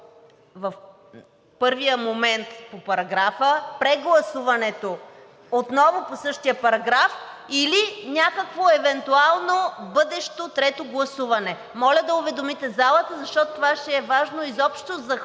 в първия момент по параграфа, прегласуването отново по същия параграф или някакво евентуално бъдещо трето гласуване? Моля да уведомите залата, защото това ще е важно изобщо за хода